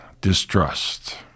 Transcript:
distrust